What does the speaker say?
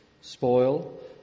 spoil